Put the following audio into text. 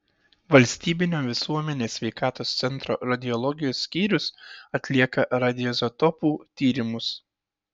valstybinio visuomenės sveikatos centro radiologijos skyrius atlieka radioizotopų tyrimus